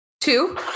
two